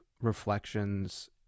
reflections